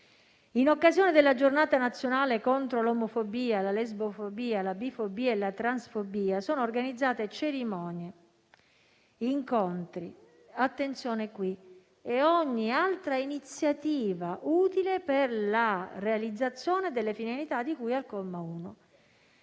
«In occasione della Giornata nazionale contro l'omofobia, la lesbofobia, la bifobia e la transfobia sono organizzate cerimonie, incontri» - attenzione a questo punto - «e ogni altra iniziativa utile per la realizzazione delle finalità di cui al comma 1».